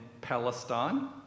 Palestine